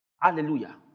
Hallelujah